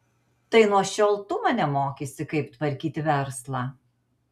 tai nuo šiol tu mane mokysi kaip tvarkyti verslą